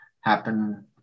happen